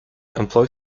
employ